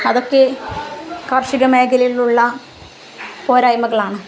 അതൊക്കെ കാർഷിക മേഖലയിലുള്ള പോരായ്മകളാണ്